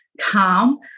calm